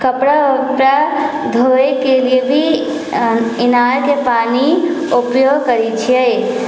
कपड़ा उपड़ा धोयेके लिअ भी इनारके पानिके उपयोग करै छियै